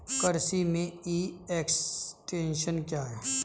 कृषि में e extension क्या है?